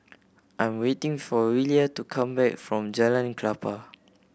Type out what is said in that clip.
I am waiting for Willia to come back from Jalan Klapa